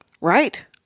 Right